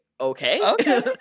okay